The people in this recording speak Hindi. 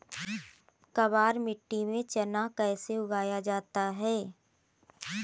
काबर मिट्टी में चना कैसे उगाया जाता है?